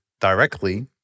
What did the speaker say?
directly